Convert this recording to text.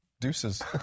deuces